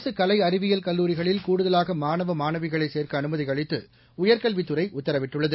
அரசு கலை அறிவியல் கல்லூரிகளில் கூடுதலாக மாணவ மாணவிகளை சேர்க்க அனுமதி அளித்து உயர்கல்வித்துறை உத்தரவிட்டுள்ளது